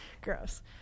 gross